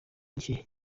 gihe